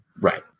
Right